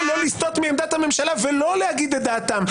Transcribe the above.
לא לסטות מעמדת הממשלה ולא לומר את דעתם.